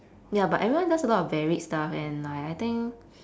ya but everyone does a lot of varied stuff and like I think